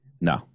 No